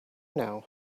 now